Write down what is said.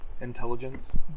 Intelligence